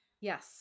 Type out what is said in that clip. Yes